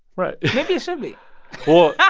right maybe it should be well, yeah